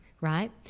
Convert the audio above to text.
right